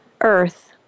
Earth